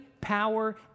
power